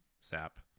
sap